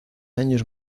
años